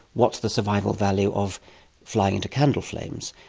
what's the survival value of flying into candle flames?